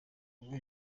rwo